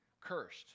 cursed